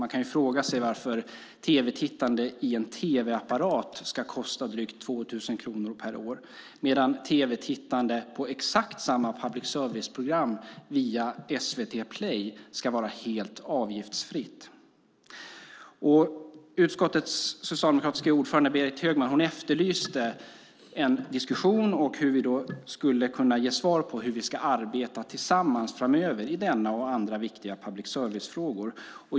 Man kan fråga sig varför tv-tittande i en tv-apparat ska kosta drygt 2 000 kronor per år medan tv-tittande på exakt samma public service-program via SVT Play ska vara helt avgiftsfritt. Utskottets socialdemokratiska ordförande, Berit Högman, efterlyste en diskussion om hur vi skulle kunna ge svar på hur vi ska arbeta tillsammans framöver i denna och andra viktiga public service-frågor.